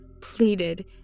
pleaded